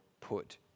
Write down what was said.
put